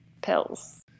pills